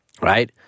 right